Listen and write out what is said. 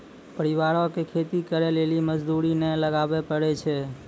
परिवारो के खेती करे लेली मजदूरी नै लगाबै पड़ै छै